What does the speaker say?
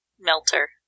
Melter